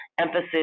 emphasis